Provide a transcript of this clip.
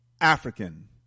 African